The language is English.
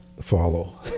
follow